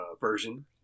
version